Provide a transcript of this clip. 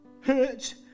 hurt